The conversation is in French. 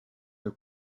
des